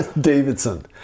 Davidson